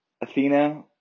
Athena